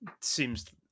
seems